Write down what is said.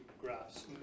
graphs